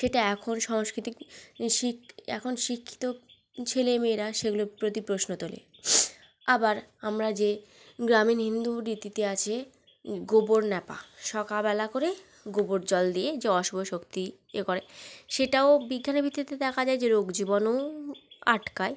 সেটা এখন সাংস্কৃতিক শিক্ এখন শিক্ষিত ছেলে মেয়েরা সেগুলোর প্রতি প্রশ্ন তোলে আবার আমরা যে গ্রামীণ হিন্দু রীতিতে আছে গোবর ন্যাপা সকাবেলা করে গোবর জল দিয়ে যে অশুভ শক্তি ইয়ে করে সেটাও বিজ্ঞানের ভিত্তিতে দেখা যায় যে রোগ জীবাণু আটকায়